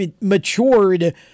matured